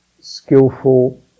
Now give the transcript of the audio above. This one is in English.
skillful